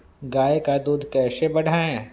गाय का दूध कैसे बढ़ाये?